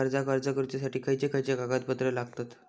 कर्जाक अर्ज करुच्यासाठी खयचे खयचे कागदपत्र लागतत